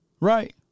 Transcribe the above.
right